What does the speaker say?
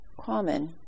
common